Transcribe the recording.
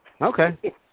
Okay